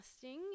fasting